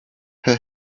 her